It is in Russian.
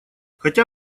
хотя